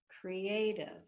creative